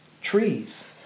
trees